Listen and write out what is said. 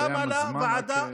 הסתיים הזמן.